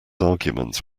arguments